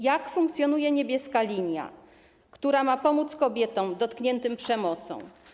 Jak funkcjonuje „Niebieska linia”, która ma pomóc kobietom dotkniętym przemocą?